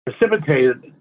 precipitated